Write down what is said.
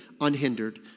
unhindered